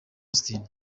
austin